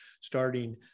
starting